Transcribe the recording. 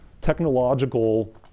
technological